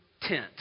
tent